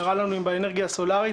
זה קרה לנו עם האנרגיה הסולרית,